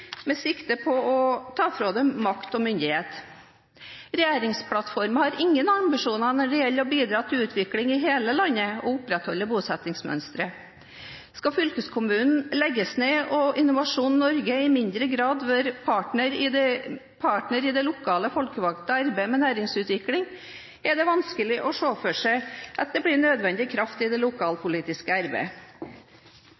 med sikte på å ta fra den makt og myndighet. Regjeringsplattformen har ingen ambisjoner når det gjelder å bidra til utvikling i hele landet og å opprettholde bosettingsmønsteret. Skal fylkeskommunen legges ned og Innovasjon Norge i mindre grad være partner i det lokale, folkevalgte arbeid med næringsutvikling, er det vanskelig å se for seg at det blir nødvendig kraft i det